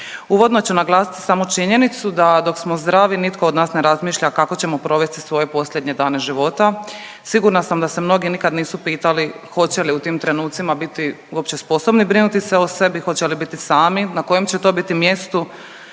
Uvodno ću naglasiti samo činjenicu da dok smo zdravi nitko od nas ne razmišlja kako ćemo provesti svoje posljednje dane života. Sigurna sam da se mnogi nikad nisu pitali hoće li u tim trenucima biti uopće sposobni brinuti se o sebi, hoće li biti sami, na kojem će to biti mjestu.